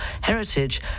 heritage